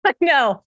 No